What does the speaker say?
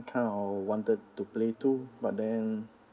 kind of wanted to play too but then